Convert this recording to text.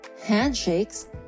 handshakes